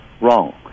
wrong